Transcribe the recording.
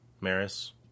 Maris